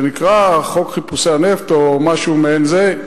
זה נקרא חוק חיפושי הנפט, או משהו מעין זה,